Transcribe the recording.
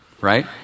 right